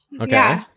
Okay